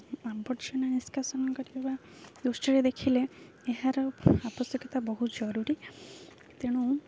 ଆବର୍ଜନା ନିଷ୍କାସନ କରିବା ଦୃଷ୍ଟିରେ ଦେଖିଲେ ଏହାର ଆବଶ୍ୟକତା ବହୁତ ଜରୁରୀ ତେଣୁ